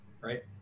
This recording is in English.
Right